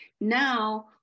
Now